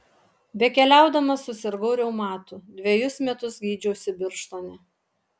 bekeliaudamas susirgau reumatu dvejus metus gydžiausi birštone